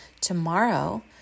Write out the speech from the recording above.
tomorrow